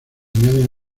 añaden